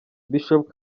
bishop